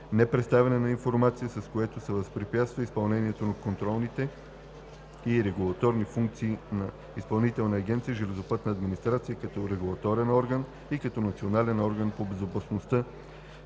непредоставяне на информация, с което се възпрепятства изпълнението на контролните и регулаторни функции на Изпълнителна агенция „Железопътна администрация“ като регулаторен орган и като национален орган по безопасността